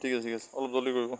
অঁ ঠিক আছে ঠিক আছে অলপ জল্দি কৰিব